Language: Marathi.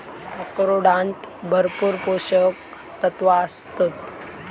अक्रोडांत भरपूर पोशक तत्वा आसतत